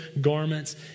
garments